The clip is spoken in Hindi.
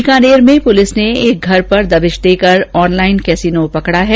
बीकानेर में पुलिस ने एक घर पर दबिश देकर ऑनलाइन केसिनों पकड़ा है